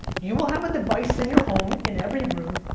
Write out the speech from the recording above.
you will have a device in your home in every room,